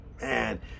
Man